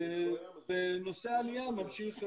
ונושא העלייה ממשיך במרץ,